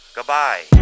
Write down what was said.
Goodbye